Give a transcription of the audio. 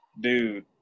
dude